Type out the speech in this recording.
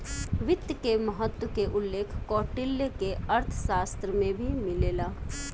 वित्त के महत्त्व के उल्लेख कौटिल्य के अर्थशास्त्र में भी मिलेला